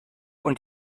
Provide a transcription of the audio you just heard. und